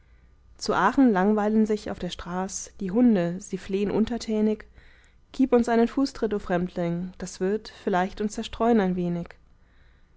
zu aachen langweilen sich auf der straß die hunde sie flehn untertänig gib uns einen fußtritt o fremdling das wird vielleicht uns zerstreuen ein wenig